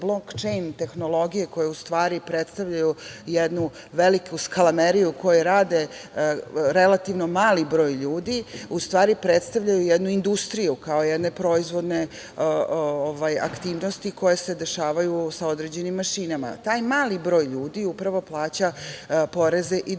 blokčejn tehnologije koje u stvari predstavljaju jednu veliku skalameriju, koju radi relativno mali broj ljudi, u stvari predstavljaju jednu industriju, kao jedne proizvodne aktivnosti koje se dešavaju sa određenim mašinama. Taj mali broj ljudi upravo plaća poreze i doprinose.